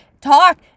talk